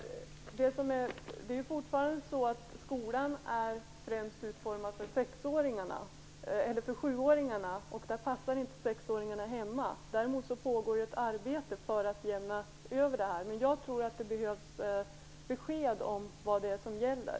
Skolan är ju fortfarande främst utformad för sjuåringarna och där passar inte sexåringarna in. Däremot pågår ju ett arbete för att jämna ut detta. Men jag tror att det behövs besked om vad det är som gäller.